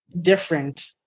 different